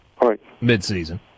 midseason